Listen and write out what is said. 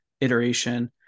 iteration